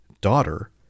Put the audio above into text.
daughter